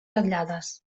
ratllades